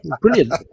Brilliant